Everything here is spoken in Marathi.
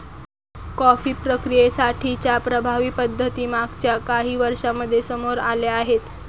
कॉफी प्रक्रियेसाठी च्या प्रभावी पद्धती मागच्या काही वर्षांमध्ये समोर आल्या आहेत